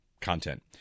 content